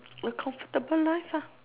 a comfortable life lah